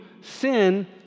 sin